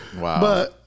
Wow